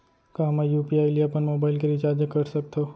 का मैं यू.पी.आई ले अपन मोबाइल के रिचार्ज कर सकथव?